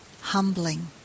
humbling